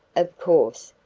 of course,